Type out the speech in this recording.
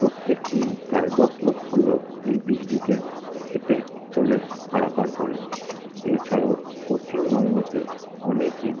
প্রত্যেক দিন প্রায় দশ লক্ষ লোক এই ব্রিজটিকে হেঁটে চলে পারাপার করেন এছাড়াও পশ্চিমবঙ্গতে অনেকই